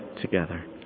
together